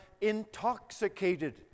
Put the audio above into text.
intoxicated